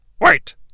Wait